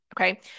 okay